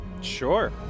Sure